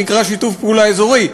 שנקרא שיתוף פעולה אזורי.